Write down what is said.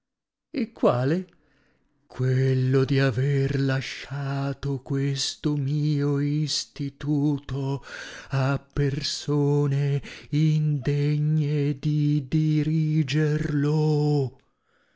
e quale quello di aver lasciato questo mio istituto a persone indegne di dirigerlo